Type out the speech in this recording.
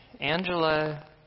Angela